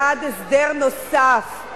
בעד הסדר נוסף,